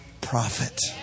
profit